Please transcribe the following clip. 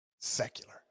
Secular